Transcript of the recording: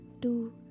two